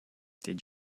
did